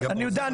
אני יודע,